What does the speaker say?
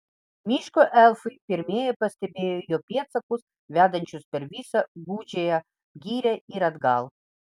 miško elfai pirmieji pastebėjo jo pėdsakus vedančius per visą gūdžiąją girią ir atgal